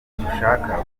dushaka